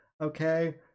Okay